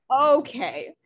okay